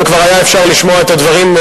וכבר היה אפשר לשמוע את הדברים,